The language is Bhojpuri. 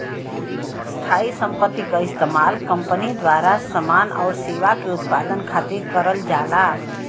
स्थायी संपत्ति क इस्तेमाल कंपनी द्वारा समान आउर सेवा के उत्पादन खातिर करल जाला